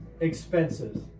expenses